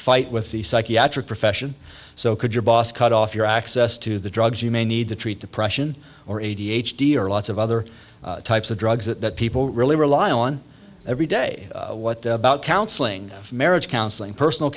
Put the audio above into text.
fight with the psychiatric profession so could your boss cut off your access to the drugs you may need to treat depression or a d h d or lots of other types of drugs that people really rely on every day what about counseling marriage counseling personal